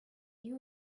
you